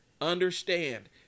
Understand